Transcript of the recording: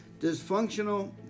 Dysfunctional